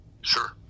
sure